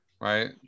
right